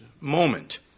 moment